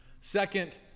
Second